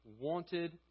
wanted